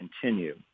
continue